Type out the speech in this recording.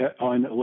on